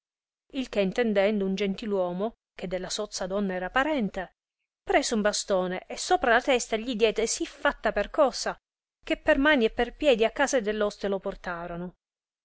il che intendendo un gentiluomo che della sozza donna era parente prese un bastone e sopra la testa gli diede sì fatta percossa che per mani e per piedi a casa dell oste lo portarono